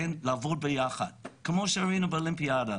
לעבוד ביחד כמו שראינו עכשיו באולימפיאדה.